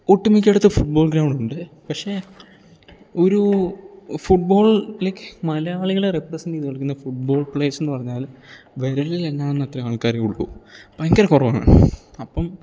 ഒട്ടുമിക്കയിടത്തും football ഗ്രൗണ്ടുണ്ട് പക്ഷേ ഒരു ഫുട്ബോൾ ലൈക്ക് മലയാളികളെ റെപ്രസെൻ്റ് ചെയ്തുകൊണ്ടുള്ള ഫുട്ബോൾ പ്ലേയേർസ് എന്ന് പറഞ്ഞാൽ വിരലിലെണ്ണാവുന്ന അത്രയും ആൾക്കാരേ ഉള്ളൂ ഭയങ്കര കുറവാണ് അപ്പം